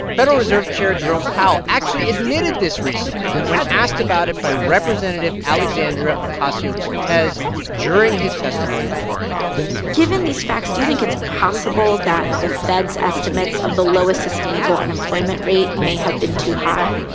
federal reserve chair jerome powell actually admitted this recently when asked about it by representative alexandria ocasio-cortez during his testimony before congress given these facts, do you think it's possible that the fed's estimate of the lowest sustainable unemployment rate may have been too high?